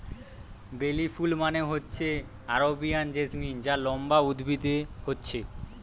বেলি ফুল মানে হচ্ছে আরেবিয়ান জেসমিন যা লম্বা উদ্ভিদে হচ্ছে